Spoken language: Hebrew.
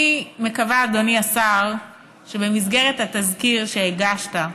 אני מקווה, אדוני השר, שבמסגרת התזכיר שהגשת,